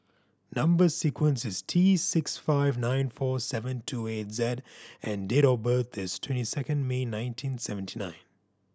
number sequence is T six five nine four seven two eight Z and date of birth is twenty second May nineteen seventy nine